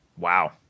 Wow